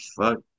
fuck